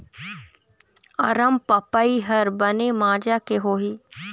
अरमपपई हर बने माजा के होही?